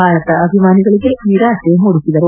ಭಾರತ ಅಭಿಮಾನಿಗಳಿಗೆ ನಿರಾಸೆ ಮೂಡಿಸಿದರು